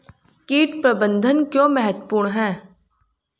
कीट प्रबंधन क्यों महत्वपूर्ण है?